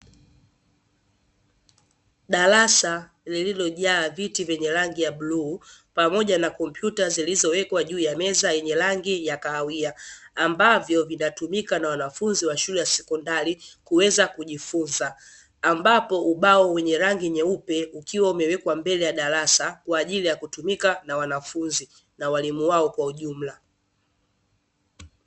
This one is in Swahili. Darasa lililojaa viti vyenye rangi ya bluu pamoja na kompyuta zilizowekwa juu ya meza yenye rangi ya kahawia, ambavyo vinatumika na wanafunzi wa shule ya sekondari kuweza kujifunza, ambapo ubao wenye rangi nyeupe ukiwa umewekwa mbele ya darasa kwa ajili ya kutumika na wanafunzi na walimu wao kwa ujumla.